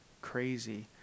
crazy